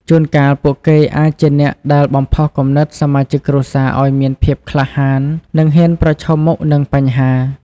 ជួនកាលពួកគេអាចជាអ្នកដែលបំផុសគំនិតសមាជិកគ្រួសារឲ្យមានភាពក្លាហាន និងហ៊ានប្រឈមមុខនឹងបញ្ហា។